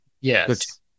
yes